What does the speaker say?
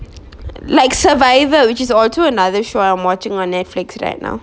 like survivor which is also another show I'm watching on Netflix right now